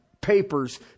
papers